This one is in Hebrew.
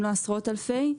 אם לא עשרות אלפי אנשים,